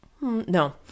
no